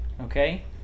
okay